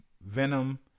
Venom